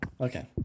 okay